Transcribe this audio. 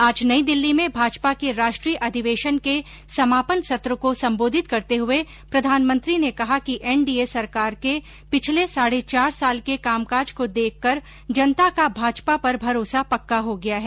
आज नई दिल्ली में भाजपा के राष्ट्रीय अधिवेशन के समापन सत्र को संबोधित करते हए प्रधानमंत्री ने कहा कि एनडीए सरकार के पिछले साढे चार साल के कामकाज को देख कर जनता का भाजपा पर भरोसा पक्का हो गया है